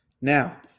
Now